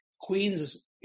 Queens